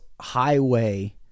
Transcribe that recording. highway